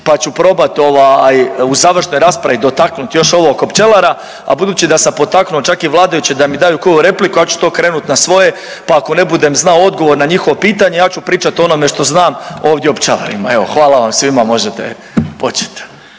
pa ću probat ovaj, u završnoj raspravi dotaknuti još ovo oko pčelara, a budući da sam potaknuo čak i vladajuće da mi daju koju repliku, ja ću to okrenuti na svoje, pa ako ne budem znao odgovor na njihovo pitanje, ja ću pričati o onome što znam, ovdje o pčelarima. Evo, hvala vam svima, možete početi.